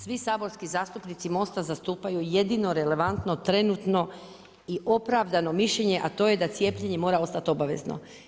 Svi saborski zastupnici Mosta zastupaju jedino, relevantno, trenutno i opravdano mišljenje, a to je da cijepljenje mora ostati obavezno.